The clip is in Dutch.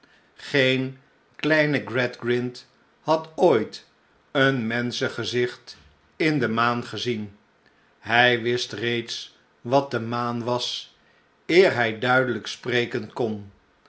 geen kleine gradgrind had ooit een menschengezicht in de m aan gezien hij wist reeds wat de maan was eer hij duidelijk spreken kon